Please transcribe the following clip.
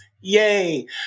Yay